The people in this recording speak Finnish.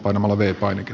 arvoisa puhemies